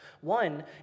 One